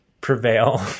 prevail